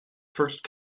first